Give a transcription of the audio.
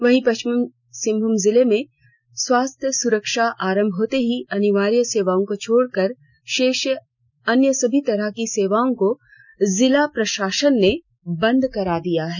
वहीं पश्चिमी सिंहभूम जिले में स्वास्थ्य सुरक्षा सप्ताह के आरंभ होते ही अनिवार्य सेवाओं को छोड़कर शेष अन्य सभी तरह की सेवाओं को जिला प्रशासन ने बंद करा दिया है